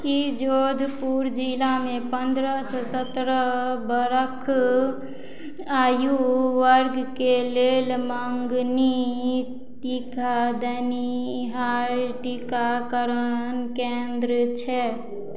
कि जोधपुर जिलामे पन्द्रहसँ सत्रह बरख आयु वर्गके लेल मँगनी टीका देनिहार टीकाकरण केन्द्र छै